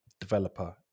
developer